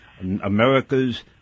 America's